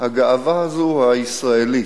הגאווה הזאת, הישראלית?